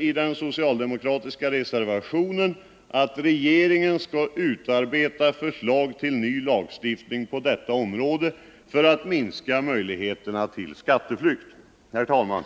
I den socialdemokratiska reservationen begär vi därför att regeringen skall utarbeta ett förslag till ny lagstiftning på detta område för att minska möjligheterna till skatteflykt. Herr talman!